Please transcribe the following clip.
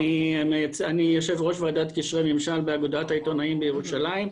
אני יושב-ראש ועדת קשרי ממשל באגודת העיתונאים בירושלים.